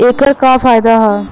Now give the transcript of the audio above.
ऐकर का फायदा हव?